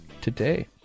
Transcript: today